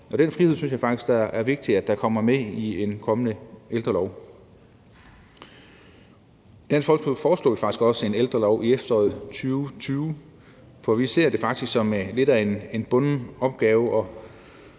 Den frihed synes jeg det er vigtigt kommer med i en kommende ældrelov. Dansk Folkeparti foreslog faktisk også en ældrelov i efteråret 2020, for vi ser det faktisk som lidt af en bunden opgave